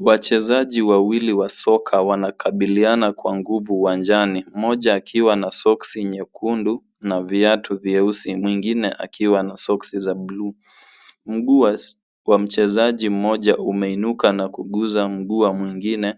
Wachezaji wawili wa soka wanakabiliana kwa nguvu uwanjani. Mmoja amevaa soksi nyekundu na viatu vyeusi, mwingine akiwa na soksi za buluu. Mguu wa mchezaji mmoja umeinuka na kugusa mguu wa mwingine,